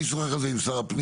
אני אשוחח על זה עם שר הפנים,